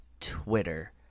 twitter